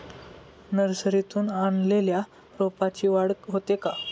नर्सरीतून आणलेल्या रोपाची वाढ होते का?